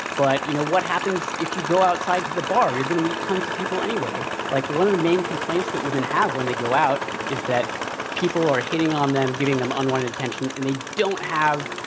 but, you know, what happens if you go outside to the bar? you're going to meet tons of people anyway. like one of the main complaints that women have when they go out is that people are hitting on them, giving them unwanted attention, and they don't have,